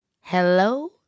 Hello